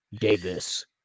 Davis